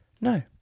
No